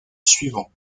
suivant